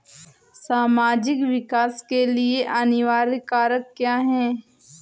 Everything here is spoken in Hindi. सामाजिक विकास के लिए अनिवार्य कारक क्या है?